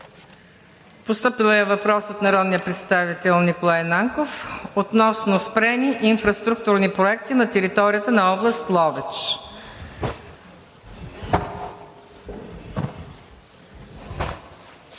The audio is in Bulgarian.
Постъпил е въпрос от народния представител Николай Нанков относно спрени инфраструктурни проекти на територията на област Ловеч.